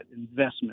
investment